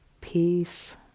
peace